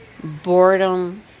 Boredom